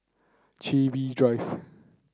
Chin Bee Drive